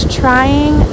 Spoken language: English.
trying